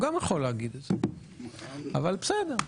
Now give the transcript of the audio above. אבל בסדר,